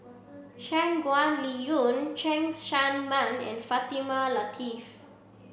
Shangguan Liuyun Cheng Tsang Man and Fatimah Lateef